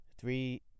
Three